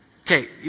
Okay